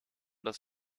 das